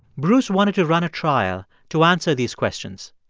bruce wanted to run a trial to answer these questions.